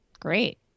Great